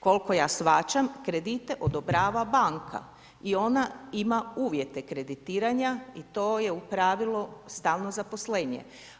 Koliko ja shvaćam kredite odobrava banka i ona ima uvjete kreditiranja i to je u pravilu stalno zaposlenje.